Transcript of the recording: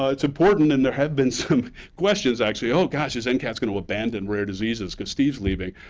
ah it's important, and there have been some questions, actually, oh, gosh, is ncats going to abandon rare diseases because steve's leaving?